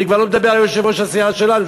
אני כבר לא מדבר על יושב-ראש הסיעה שלנו,